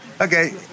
Okay